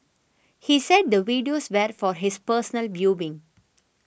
he said the videos were for his personal viewing